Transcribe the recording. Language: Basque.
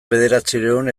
bederatziehun